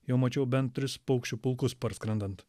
jau mačiau bent tris paukščių pulkus parskrendant